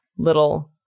little